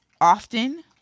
often